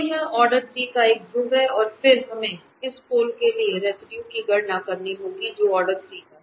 तो यह ऑर्डर 3 का एक ध्रुव है और फिर हमें इस पोल के लिए रेसिडुए की गणना करनी होगी जो ऑर्डर 3 का है